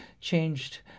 changed